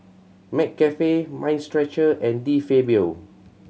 McCafe Mind Stretcher and De Fabio